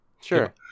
Sure